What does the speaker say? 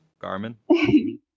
garmin